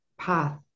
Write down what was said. path